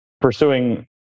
pursuing